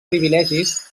privilegis